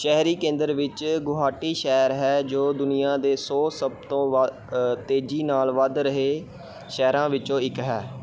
ਸ਼ਹਿਰੀ ਕੇਂਦਰ ਵਿੱਚ ਗੁਹਾਟੀ ਸ਼ਹਿਰ ਹੈ ਜੋ ਦੁਨੀਆ ਦੇ ਸੌ ਸਭ ਤੋਂ ਵੱ ਤੇਜ਼ੀ ਨਾਲ ਵੱਧ ਰਹੇ ਸ਼ਹਿਰਾਂ ਵਿੱਚੋਂ ਇੱਕ ਹੈ